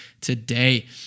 today